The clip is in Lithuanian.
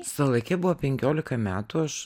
salake buvo penkiolika metų aš